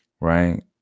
Right